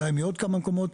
אולי מעוד כמה מקומות,